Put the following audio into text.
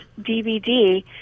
DVD